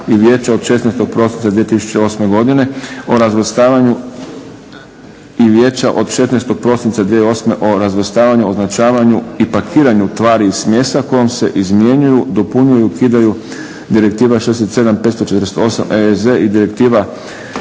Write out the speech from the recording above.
Uredbe EZ br. 1272/2008 Europskog parlamenta i Vijeća od 16. prosinca 2008. o razvrstavanju, označavanju i pakiranju tvari i smjesa kojom se izmjenjuju, dopunjuju i ukidaju Direktiva 67/548/EEZ i Direktiva